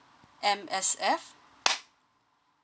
M_S_F